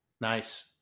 nice